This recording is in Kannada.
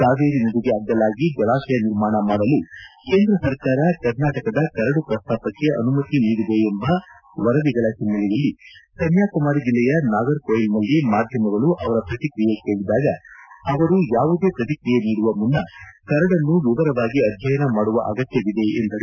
ಕಾವೇರಿ ನದಿಗೆ ಅಡ್ಡಲಾಗಿ ಜಲಾಶಯ ನಿರ್ಮಾಣ ಮಾಡಲು ಕೇಂದ್ರ ಸರ್ಕಾರ ಕರ್ನಾಟಕದ ಕರಡು ಪ್ರಸ್ತಾಪಕ್ಕೆ ಅನುಮತಿ ನೀಡಿದೆ ಎಂಬ ವರದಿಗಳ ಹಿನ್ನೆಲೆಯಲ್ಲಿ ಕನ್ನಾಕುಮಾರಿ ಜಿಲ್ಲೆಯ ನಾಗರಕೋಯಿಲ್ನಲ್ಲಿ ಮಾಧ್ಯಮಗಳು ಅವರ ಶ್ರತಿಕ್ರಿಯೆ ಕೇಳಿದಾಗ ಅವರು ಯಾವುದೇ ಪ್ರತಿಕ್ರಿಯೆ ನೀಡುವ ಮುನ್ನ ಕರಡನ್ನು ವಿವರವಾಗಿ ಅಧ್ಯಯನ ಮಾಡುವ ಅಗತ್ತವಿದೆ ಎಂದರು